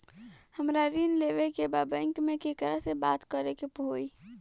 हमरा ऋण लेवे के बा बैंक में केकरा से बात करे के होई?